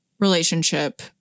relationship